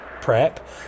prep